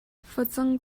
facang